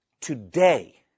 Today